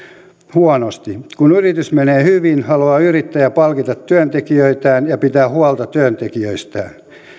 huonosti kun yrityksellä menee hyvin haluaa yrittäjä palkita työntekijöitään ja pitää huolta työntekijöistään